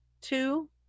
two